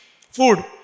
food